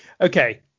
okay